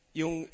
yung